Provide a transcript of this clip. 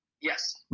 Yes